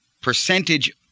percentage